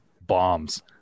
bombs